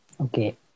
Okay